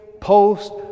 post